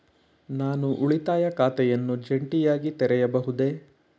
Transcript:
ನಾನು ಉಳಿತಾಯ ಖಾತೆಯನ್ನು ಜಂಟಿಯಾಗಿ ತೆರೆಯಬಹುದೇ?